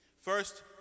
First